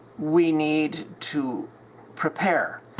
we need to prepare